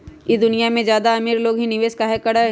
ई दुनिया में ज्यादा अमीर लोग ही निवेस काहे करई?